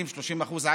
20%, 30%?